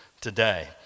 today